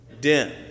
dim